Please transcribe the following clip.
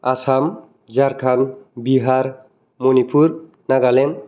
Assam Jharkhand Bihar Manipur Nagaland